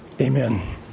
amen